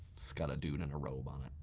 it's got a dude in a robe on it.